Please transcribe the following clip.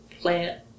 Plant